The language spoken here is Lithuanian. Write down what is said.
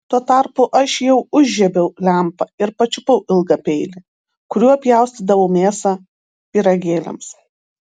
tuo tarpu aš jau užžiebiau lempą ir pačiupau ilgą peilį kuriuo pjaustydavau mėsą pyragėliams